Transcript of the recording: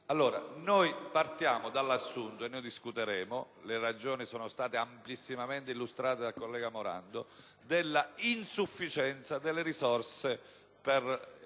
Noi partiamo dall'assunto - ne discuteremo e le ragioni sono state ampiamente illustrate dal collega Morando - dell'insufficienza delle risorse per